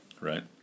right